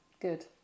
Good